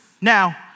Now